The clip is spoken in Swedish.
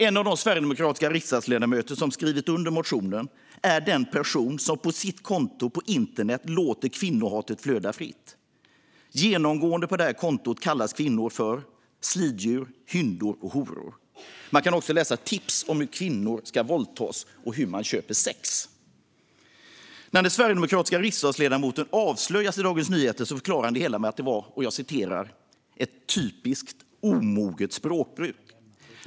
En av de sverigedemokratiska riksdagsledamöter som skrivit under motionen är den person som på sitt konto på internet låter kvinnohatet flöda fritt. Genomgående på det här kontot kallas kvinnor för sliddjur, hyndor och horor. Man kan också läsa tips om hur kvinnor ska våldtas och hur man köper sex. När den sverigedemokratiske riksdagsledamoten avslöjas i Dagens Nyheter förklarar han det hela med att det var "ett typiskt omoget språkbruk".